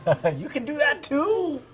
ah you can do that too?